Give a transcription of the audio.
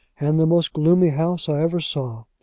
and the most gloomy house i ever saw.